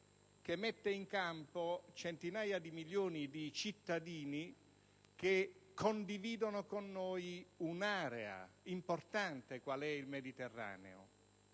che riunisce centinaia di milioni di cittadini che condividono con noi un'area importante, il Mediterraneo.